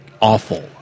awful